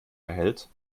erhält